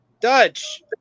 Dutch